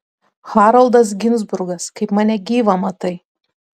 haroldas ginzburgas kaip mane gyvą matai